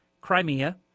Crimea